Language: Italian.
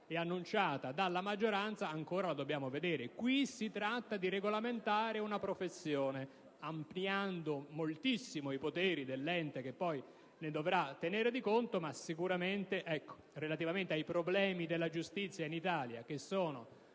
e annunciata dalla maggioranza la dobbiamo ancora vedere. Qui si tratta di regolamentare una professione, ampliando moltissimo i poteri dell'ente che poi ne dovrà tenere conto. Sicuramente i problemi della giustizia in Italia, che sono